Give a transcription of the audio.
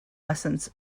lessons